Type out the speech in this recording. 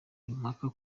impaka